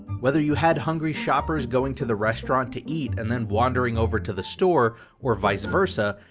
whether you had hungry shoppers going to the restaurant to eat and then wandering over to the store or vise versa,